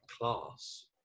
class